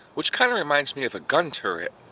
which kind of reminds me of a gun turret.